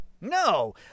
No